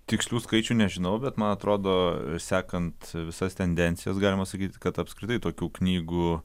tikslių skaičių nežinau bet man atrodo sekant visas tendencijas galima sakyti kad apskritai tokių knygų